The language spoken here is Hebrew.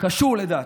קשור לדת.